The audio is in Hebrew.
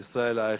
ישראל אייכלר,